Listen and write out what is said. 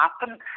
happen